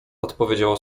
odpowiedziała